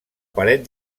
paret